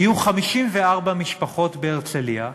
יהיו 54 משפחות בהרצלייה,